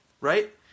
right